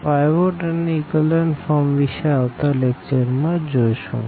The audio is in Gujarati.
તો પાઈવોટ અને ઇકોલન ફોર્મ વિષે આવતા લેકચર માં જોશું